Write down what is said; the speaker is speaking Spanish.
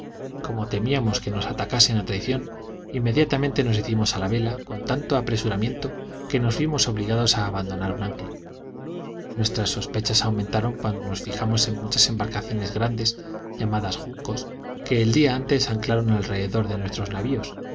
como temíamos que nos atacasen a traición inmediatamente nos hicimos a la vela con tanto apresuramiento que nos vimos obligados a abandonar un ancla nuestras sospechas aumentaron cuando nos fijamos en muchas embarcaciones grandes llamadas juncos que el día antes anclaron alrededor de nuestros navios